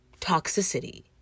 toxicity